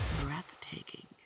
breathtaking